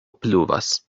pluvas